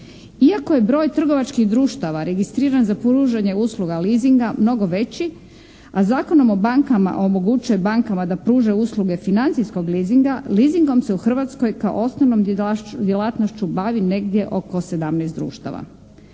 Iako je broj trgovačkih društava registriran za pružanje usluga leasinga mnogo veći, a Zakonom o bankama omoguće bankama da pruže usluge financijskog leasinga leasingom se u Hrvatskoj kao osnovnom djelatnošću bavi negdje oko 17 društava.